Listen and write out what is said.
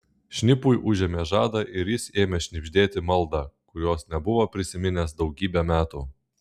šnipui užėmė žadą ir jis ėmė šnibždėti maldą kurios nebuvo prisiminęs daugybę metų